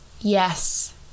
Yes